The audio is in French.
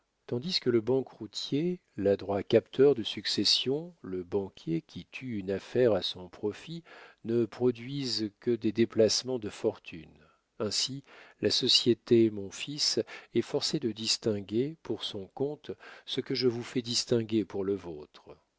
tandis que le banqueroutier l'adroit capteur de successions le banquier qui tue une affaire à son profit ne produisent que des déplacements de fortune ainsi la société mon fils est forcée de distinguer pour son compte ce que je vous fais distinguer pour le vôtre